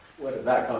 where did that